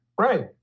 right